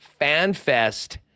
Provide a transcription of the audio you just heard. FanFest